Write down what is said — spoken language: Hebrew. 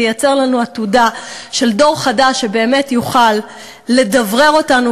ייצר לנו עתודה של דור חדש שבאמת יוכל לדברר אותנו